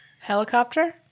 helicopter